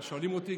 אבל שואלים אותי,